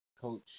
Coach